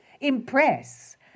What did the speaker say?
impress